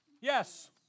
Yes